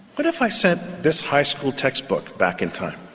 what if i sent this high school textbook back in time?